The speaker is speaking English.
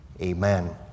amen